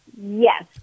Yes